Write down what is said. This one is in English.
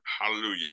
Hallelujah